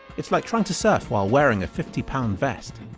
it's like trying to surf while wearing a fifty lb vest.